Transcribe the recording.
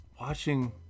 watching